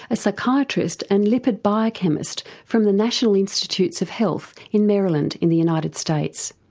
a psychiatrist and lipid biochemist from the national institute of health in maryland in the united states.